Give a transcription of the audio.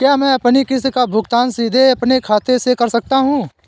क्या मैं अपनी किश्त का भुगतान सीधे अपने खाते से कर सकता हूँ?